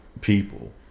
people